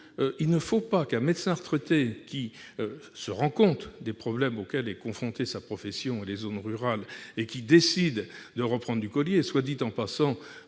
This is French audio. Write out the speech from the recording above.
l'exemple d'un médecin retraité qui se rend compte des problèmes auxquels sont confrontées tant sa profession que les zones rurales, et décide de reprendre du collier. Soit dit en passant,